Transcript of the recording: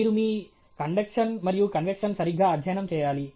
మీరు మీ కండెక్షన్ మరియు కన్వెక్షన్ సరిగ్గా అధ్యయనం చేయాలి